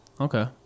okay